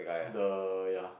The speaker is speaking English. the ya